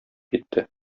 китте